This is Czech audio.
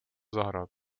zahrad